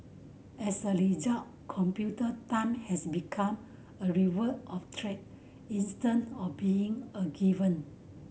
as a result computer time has become a reward of treat instead of being a given